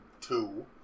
two